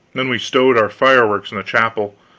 then we stowed our fireworks in the chapel,